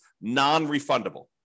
non-refundable